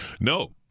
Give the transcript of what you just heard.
No